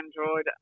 Android